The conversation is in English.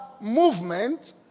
movement